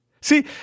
See